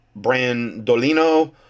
Brandolino